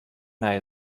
nei